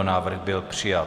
Návrh byl přijat.